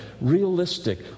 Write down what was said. realistic